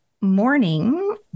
morning